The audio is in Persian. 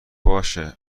باشه